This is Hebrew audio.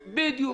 בו.